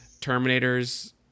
Terminators